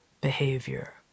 behavior